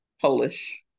Polish